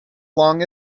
long